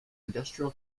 industrial